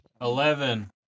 Eleven